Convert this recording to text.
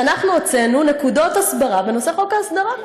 ואנחנו הוצאנו נקודות הסברה בנושא חוק ההסדרה.